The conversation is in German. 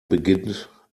beginnt